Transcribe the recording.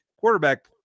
quarterback